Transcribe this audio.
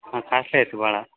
ಹಾಂ ಕಾಸ್ಟ್ಲಿ ಆಯಿತು ಭಾಳ